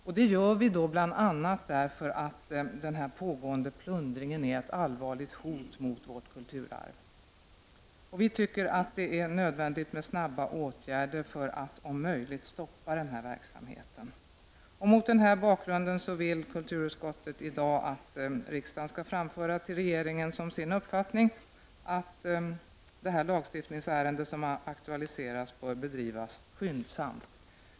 Detta gör vi bl.a. därför att den pågående plundringen är ett allvarligt hot mot vårt kulturarv. Vi tycker att det är nödvändigt med snabba åtgärder för att om möjligt stoppa den här verksamheten. Mot denna bakgrund vill kulturutskottet i dag att riksdagen skall ge regeringen till känna som sin uppfattning att det lagstiftningsärende som här har aktualiserats bör bedrivas med skyndsamhet.